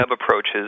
approaches